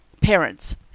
parents